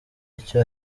icyo